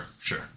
sure